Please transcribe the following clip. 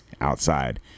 outside